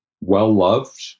well-loved